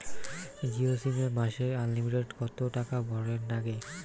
Jio sim এ মাসে unlimited কত টাকা ভরের নাগে?